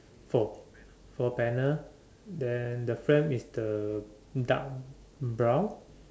four panel four panel then the fan is the dark brown